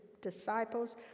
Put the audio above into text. disciples